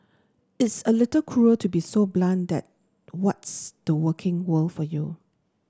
it's a little cruel to be so blunt that what's the working world for you